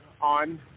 on